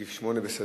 סעיף 8 בסדר-היום,